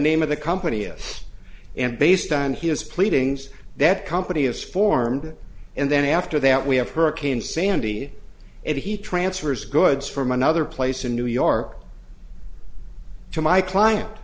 name of the company is and based on his pleadings that company is formed and then after that we have hurricane sandy and he transfers goods from another place in new york to my client